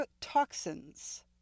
toxins